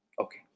Okay